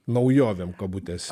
naujovėm kabutėse